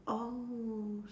oh